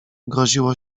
groziło